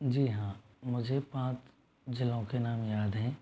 जी हाँ मुझे पाँच ज़िलों के नाम याद हैं